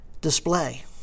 display